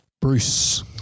Bruce